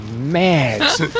mad